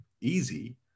easy